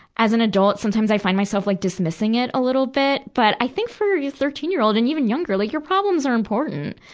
as an adult, sometimes i find myself like dismissing it a little bit. but i think for a thirteen year old and even younger, like your problems are important.